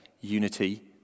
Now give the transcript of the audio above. unity